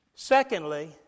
Secondly